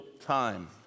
time